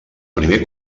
primer